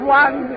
one